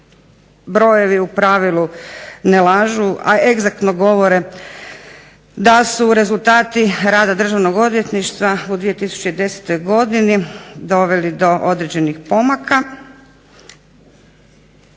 Brojevi u pravilu ne lažu, a egzaktno govore da su rezultati rada Državnog odvjetništva u 2010. godini doveli do određenih pomaka.